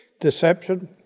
Deception